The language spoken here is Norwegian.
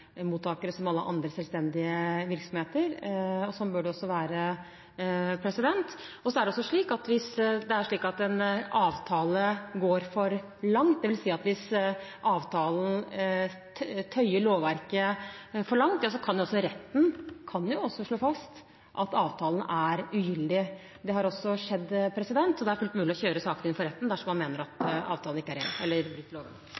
som alle andre selvstendige virksomheter, og slik bør det også være. Hvis det er slik at en avtale går for langt – dvs. hvis avtalen tøyer lovverket for langt – så kan jo retten slå fast at avtalen er ugyldig, og det har også skjedd. Så det er fullt mulig å kjøre saken inn for retten dersom man mener at avtalen bryter loven.